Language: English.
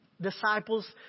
disciples